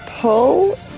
pull